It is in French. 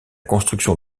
construction